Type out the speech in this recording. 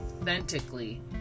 Authentically